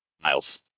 Miles